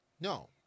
No